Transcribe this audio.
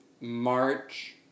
March